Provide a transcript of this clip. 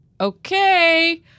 okay